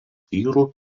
vyrų